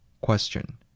Question